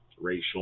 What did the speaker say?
racial